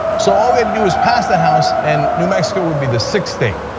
so all we had to do was pass the house and new mexico would be the sixth state.